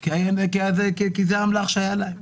כי זה האמל"ח שהיה להם.